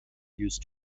used